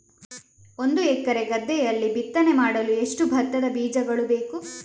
ಒಂದು ಎಕರೆ ಗದ್ದೆಯಲ್ಲಿ ಬಿತ್ತನೆ ಮಾಡಲು ಎಷ್ಟು ಭತ್ತದ ಬೀಜಗಳು ಬೇಕು?